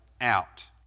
out